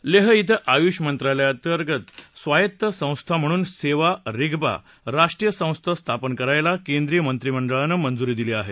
लेह िक्रि आयुष मंत्रालयांतर्गत स्वायत्त संस्था म्हणून सोवा रिग्पा राष्ट्रीय संस्था स्थापन करायला केंद्रीय मंत्रिमंडळानं मंजुरी दिली आहे